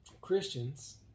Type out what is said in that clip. Christians